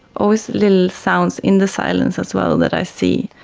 always little sounds in the silence as well that i see.